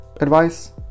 advice